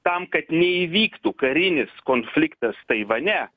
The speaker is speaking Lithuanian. tam kad neįvyktų karinis konfliktas taivane